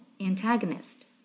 antagonist